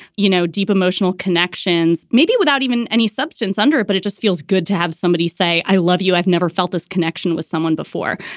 you know, deep emotional connections, maybe without even any substance under it. but it just feels good to have somebody say, i love you. i've never felt this connection with someone before.